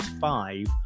five